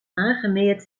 aangemeerd